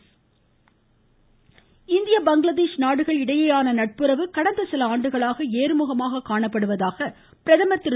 பிரதமர் இந்திய பங்களாதேஷ் நாடுகள் இடையேயான நட்புறவு கடந்த சில ஆண்டுகளாக ஏறுமுகமாக காணப்படுவதாக பிரதமர் திரு